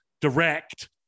direct